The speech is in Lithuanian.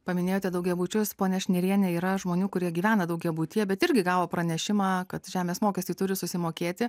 paminėjote daugiabučius ponia šniriene yra žmonių kurie gyvena daugiabutyje bet irgi gavo pranešimą kad žemės mokestį turi susimokėti